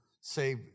say